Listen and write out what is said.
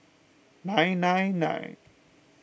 nine nine nine